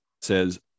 says